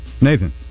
Nathan